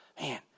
Man